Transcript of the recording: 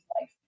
life